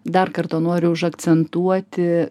dar kartą noriu užakcentuoti